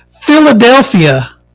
Philadelphia